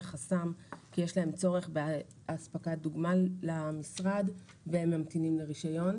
חסם כי יש להם צורך באספקת דוגמה למשרד והם ממתינים לרישיון,